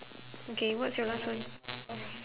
okay what's your last one